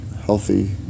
healthy